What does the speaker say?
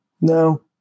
No